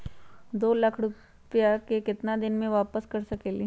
दो लाख रुपया के केतना दिन में वापस कर सकेली?